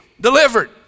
delivered